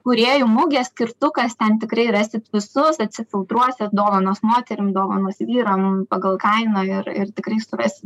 kūrėjų mugė skirtukas ten tikrai rasit visus atsifiltruosit dovanos moterim dovanos vyram pagal kainą ir ir tikrai surasi